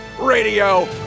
Radio